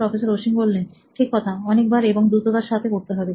professor Ashwin ঠিক কথা অনেকবার এবং দ্রুততার সাথে করতে হবে